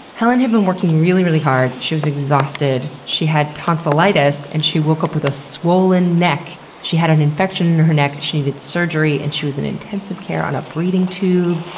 helen had been working really, really hard. she was exhausted. she had tonsillitis and she woke up with a swollen neck. she had an infection in her neck. she needed surgery and she was in intensive care on a breathing tube,